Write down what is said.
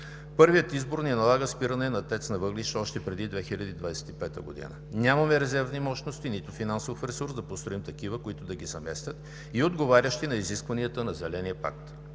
Първият избор ни налага спиране на ТЕЦ на въглища още преди 2025 г. Нямаме резервни мощности, нито финансов ресурс да построим такива, които да ги заместят и да са отговарящи на изискванията на Зеления пакт.